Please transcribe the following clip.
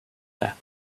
that